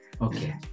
Okay